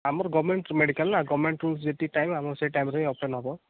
ଆମର government medical ନା ଗଭର୍ଣ୍ଣମେଣ୍ଟରୁ ଯେତିକି ଟାଇମ୍ ଆମର ସେହି ଟାଇମରେ ହିଁ ଓପନ୍ ହେବ